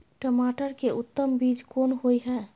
टमाटर के उत्तम बीज कोन होय है?